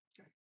okay